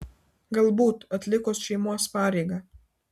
galbūt atlikus šeimos pareigą